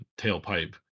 tailpipe